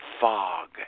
fog